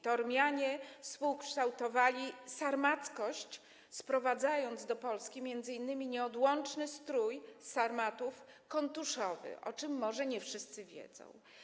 To Ormianie współkształtowali sarmackość, sprowadzając do Polski m.in. nieodłączny strój sarmatów - kontuszowy, o czym może nie wszyscy wiedzą.